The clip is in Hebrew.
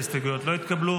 ההסתייגויות לא התקבלו.